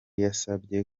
yasabye